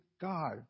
God